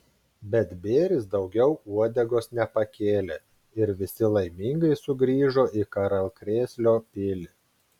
bet bėris daugiau uodegos nepakėlė ir visi laimingai sugrįžo į karalkrėslio pilį